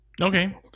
Okay